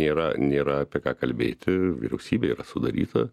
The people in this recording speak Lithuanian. nėra nėra apie ką kalbėti vyriausybė yra sudaryta